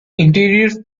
interior